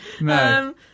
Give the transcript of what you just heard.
No